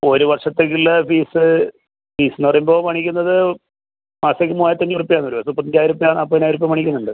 ഒരു വർഷത്തേക്ക് ഉള്ള ഫീസ് ഫീസെന്ന് പറയുമ്പോൾ മേടിക്കുന്നത് മാസത്തേക്ക് മൂവായിരത്തഞ്ഞൂറ് വരിക മുപ്പത്തഞ്ചായിരം ഉർപ്യ നാപ്പതിനായിരം ഉർപ്യ മേടിക്കുന്നുണ്ട്